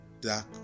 dark